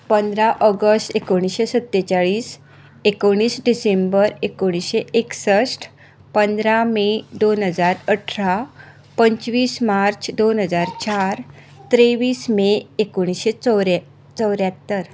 पंदरा ऑगस्ट एकुणशें सत्तेचाळीस एकुणीस डिसेंबर एकुणशें एकसश्ट पंदरा मे दोन हजार अठरा पंचवीस मार्च दोन हजार चार त्रेवीस मे एकुणशें चवऱ्यात्तर